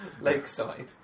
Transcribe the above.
Lakeside